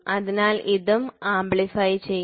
അതിനാൽ ഇതും ആംപ്ലിഫൈ ചെയ്യും